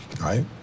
Right